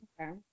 Okay